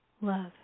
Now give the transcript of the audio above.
love